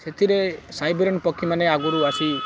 ସେତିରେ Siberian ପକ୍ଷୀମାନେ ଆଗରୁ ଆସି